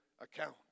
account